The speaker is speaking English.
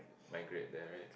migrate there right